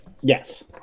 Yes